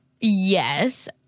Yes